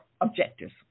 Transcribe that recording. objectives